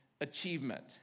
achievement